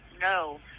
no